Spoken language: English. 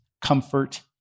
comfort